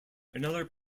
another